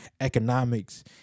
economics